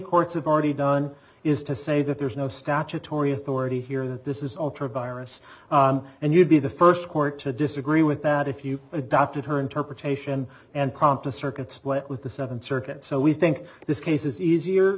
courts have already done is to say that there's no statutory authority here that this is all true and you'd be the first court to disagree with that if you adopted her interpretation and prompt a circuit split with the seventh circuit so we think this case is easier